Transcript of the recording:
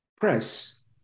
press